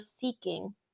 seeking